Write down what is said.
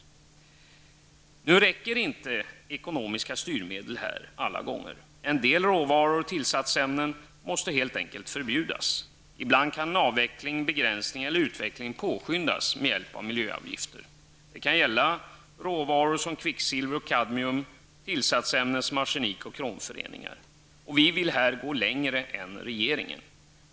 Men det räcker inte alla gånger med ekonomiska styrmedel. En del råvaror och tillsatsämmen måste helt enkelt förbjudas. Ibland kan avveckling, begränsning eller utveckling påskyndas med hjälp av miljöavgifter. Det kan gälla råvaror som kvicksilver och kadmium, tillsatsämnen som arsenik och kromföreningar. Och vi vill härvidlag gå längre än regeringen.